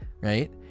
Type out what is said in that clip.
right